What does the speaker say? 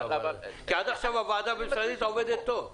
כי עד עכשיו הוועדה הבין-משרדית עובדת טוב.